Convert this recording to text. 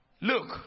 Look